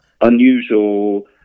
unusual